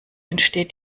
entsteht